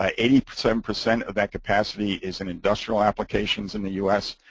i mean so and percent of that capacity is in industrial applications in the us,